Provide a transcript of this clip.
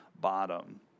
bottom